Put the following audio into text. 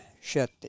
shut